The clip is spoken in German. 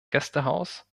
gästehaus